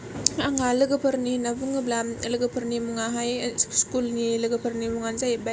आंहा लोगोफोरनि होन्नानै बुङोब्ला लोगोफोरनि मुङाहाय स्कुलनि लोगोफोरनि मुङानो जाहैबाय